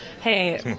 Hey